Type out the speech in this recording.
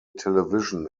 television